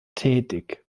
tätig